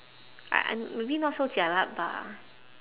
uh um maybe not so jialat bah